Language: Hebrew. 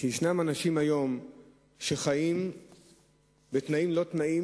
כשיש אנשים שחיים היום בתנאים-לא-תנאים,